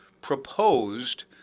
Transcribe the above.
proposed